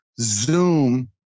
zoom